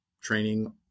training